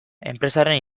enpresaren